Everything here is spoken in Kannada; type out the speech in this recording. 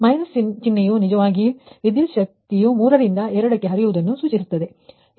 ಮೈನಸ್ ಚಿಹ್ನೆಯು ನಿಜವಾಗಿ ವಿದ್ಯುತ್ ಶಕ್ತಿಯು ಮೂರರಿಂದ ಎರಡಕ್ಕೆ ಹರಿಯುವುದನ್ನು ಸೂಚಿಸುತ್ತದೆ